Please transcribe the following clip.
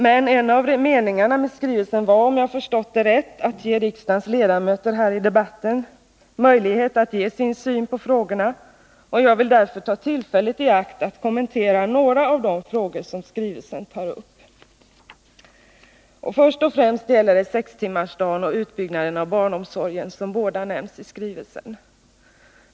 Men en av meningarna med skrivelsen var, om jag förstått det rätt, att ge riksdagens ledamöter möjligheter att i debatten ge sin syn på frågorna, och jag vill därför ta tillfället i akt att kommentera några av de frågor skrivelsen tar upp. Först och främst gäller det sextimmarsdagen och utbyggnaden av barnomsorgen, som båda nämns i skrivelsen.